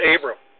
Abram